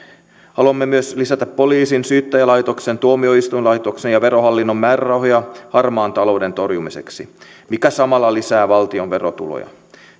haluamme myös lisätä poliisin syyttäjälaitoksen tuomioistuinlaitoksen ja verohallinnon määrärahoja harmaan talouden torjumiseksi mikä samalla lisää valtion verotuloja